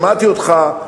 שמעתי אותך,